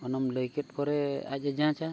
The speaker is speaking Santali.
ᱚᱱᱟᱢ ᱞᱟᱹᱭ ᱠᱮᱫ ᱯᱚᱨᱮ ᱟᱡ ᱮ ᱡᱟᱸᱪᱟ